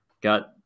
got